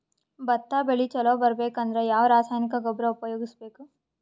ಭತ್ತ ಬೆಳಿ ಚಲೋ ಬರಬೇಕು ಅಂದ್ರ ಯಾವ ರಾಸಾಯನಿಕ ಗೊಬ್ಬರ ಉಪಯೋಗಿಸ ಬೇಕು?